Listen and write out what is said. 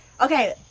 Okay